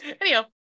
Anyhow